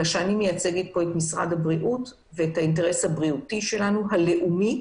אני מייצגת את האינטרס הבריאותי הלאומי,